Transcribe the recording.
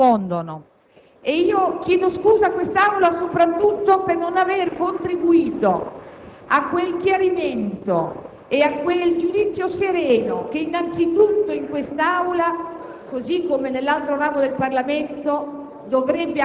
Forma e sostanza qualche volta si confondono ed io chiedo scusa a quest'Aula soprattutto per non aver contribuito a quel chiarimento e a quel giudizio sereno che innanzi tutto qui,